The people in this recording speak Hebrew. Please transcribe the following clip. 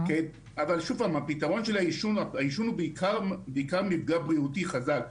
שוב, העישון הוא בעיקר מפגע בריאותי חזק.